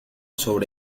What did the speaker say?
sobre